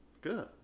Good